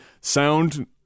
sound